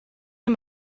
him